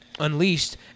unleashed